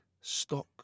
stock